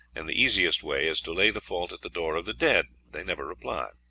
and the easiest way is to lay the fault at the door of the dead they never reply.